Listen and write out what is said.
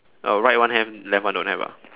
oh right one have left one don't have ah